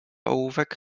ołówek